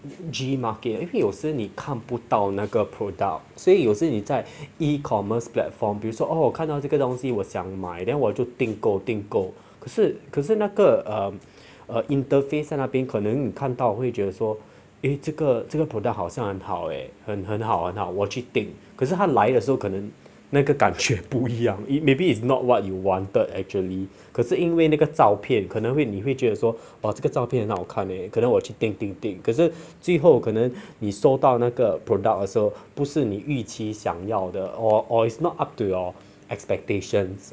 G market 因为有时你看不到那个 product 所以有时你在 E commerce platform 比如说哦看到这个东西我想买 then 我就订购订购可是可是那个 um interface 那边可能看到会觉得说 eh 这个这个 product 好像很好诶很好很好我去订可是它来的时候可能那个感却不一样 it maybe it's not what you wanted actually 可是因为那个照片可能为你会觉得说把这个照片很好看可能我去订订订可是最后可能你收到那个 product also 不是你预期想要的 or or it's not up to your expectations